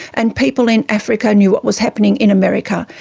and people in africa knew what was happening in america.